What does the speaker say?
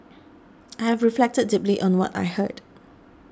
I have reflected deeply on what I heard